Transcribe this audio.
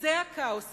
שזה הכאוס הגדול.